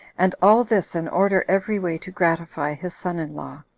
and all this in order every way to gratify his son-in-law.